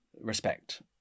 respect